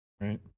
right